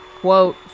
quote